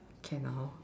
can lah hor